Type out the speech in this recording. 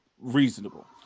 reasonable